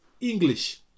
English